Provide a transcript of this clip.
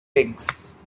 pigs